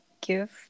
give